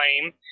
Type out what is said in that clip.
claim